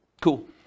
Cool